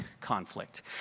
conflict